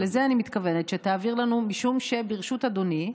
לזה אני מתכוונת שתעביר לנו, משום שברשות אדוני,